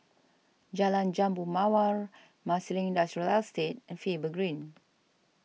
Jalan Jambu Mawar Marsiling Industrial Estate and Faber Green